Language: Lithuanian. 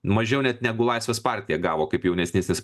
mažiau net negu laisvės partija gavo kaip jaunesnysis